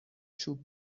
چوب